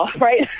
right